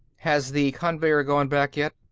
has the conveyer gone back, yet?